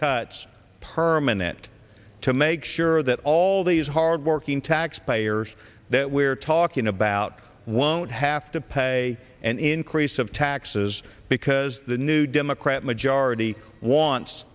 cuts permanent to make sure that all these hard working taxpayers that we're talking about won't have to pay an increase of taxes because the new democrat majority wants